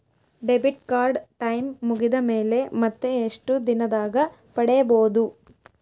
Debit card time ಮುಗಿದ ಮೇಲೆ ಮತ್ತೆ ಎಷ್ಟು ದಿನದಾಗ ಪಡೇಬೋದು?